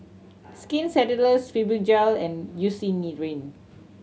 Skin Ceuticals Fibogel and Eucerin